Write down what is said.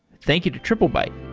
thank you to triplebyte